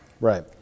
Right